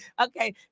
Okay